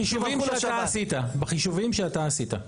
החישובים שאתה עשית, בחישובים שאתה עשית,